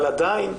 אבל עדיין,